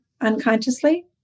unconsciously